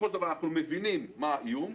מבינים מה האיום,